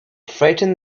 frightened